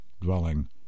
dwelling